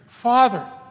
Father